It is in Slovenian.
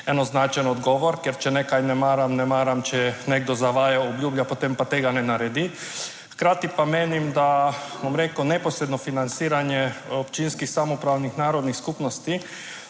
enoznačen odgovor, ker če nekaj ne maram, ne maram, če nekdo zavaja, obljublja, potem pa tega ne naredi. Hkrati pa menim, da, bom rekel neposredno financiranje občinskih samoupravnih narodnih skupnosti